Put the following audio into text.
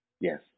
yes